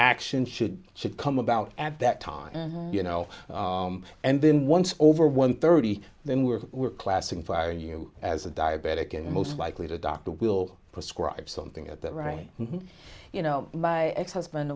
action should should come about at that time you know and then once over one thirty then we're classing for you as a diabetic and most likely the doctor will prescribe something at that right you know my ex husband